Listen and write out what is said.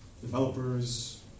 developers